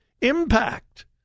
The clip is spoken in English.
impact